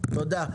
תודה.